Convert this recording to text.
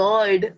God